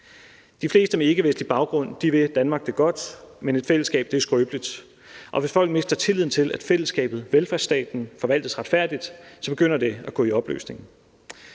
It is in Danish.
De fleste med ikkevestlig baggrund vil Danmark det godt, men et fællesskab er skrøbeligt. Og hvis folk mister tilliden til, at fællesskabet, velfærdsstaten, forvaltes retfærdigt, så begynder det at gå i opløsning.